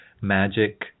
magic